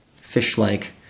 fish-like